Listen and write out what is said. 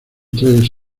tres